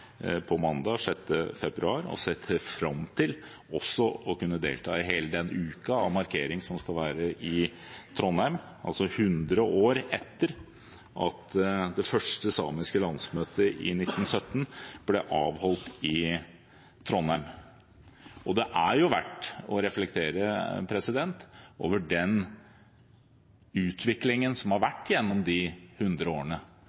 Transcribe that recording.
markering som skal være i Trondheim – altså 100 år etter at det første samiske landsmøtet ble avholdt i Trondheim i 1917. Det er verdt å reflektere over den utviklingen som har vært gjennom disse hundre årene.